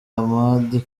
hamadi